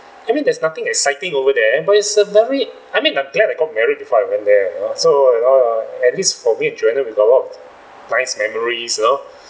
I mean there's nothing exciting over there but it's a very I mean I'm glad I got married before I went there you know so you know at least for me and joanna we got a lot of nice memories you know